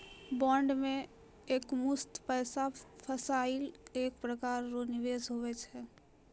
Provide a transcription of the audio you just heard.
bond मे एकमुस्त पैसा फसैनाइ एक प्रकार रो निवेश हुवै छै